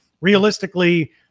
realistically